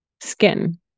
Skin